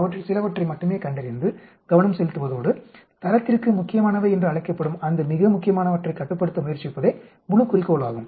அவற்றில் சிலவற்றை மட்டுமே கண்டறிந்து கவனம் செலுத்துவதோடு தரத்திற்கு முக்கியமானவை என்று அழைக்கப்படும் அந்த மிக முக்கியமானவற்றைக் கட்டுப்படுத்த முயற்சிப்பதே முழு குறிக்கோள் ஆகும்